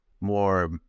more